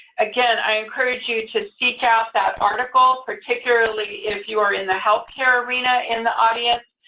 again, i encourage you to seek out that article, particularly if you are in the healthcare arena in the audience,